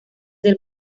del